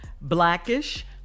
blackish